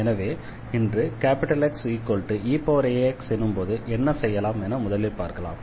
எனவே இன்று Xeax எனும்போது என்ன செய்யலாம் என முதலில் பார்க்கலாம்